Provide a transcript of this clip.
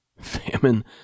Famine